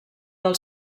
del